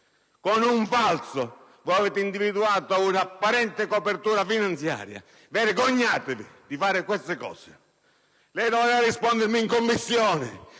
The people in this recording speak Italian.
Con un falso voi avete individuato un'apparente copertura finanziaria. Vergognatevi di fare queste cose! Lei doveva rispondermi in Commissione;